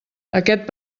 aquest